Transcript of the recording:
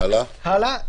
הלאה,